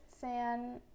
fan